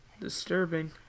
disturbing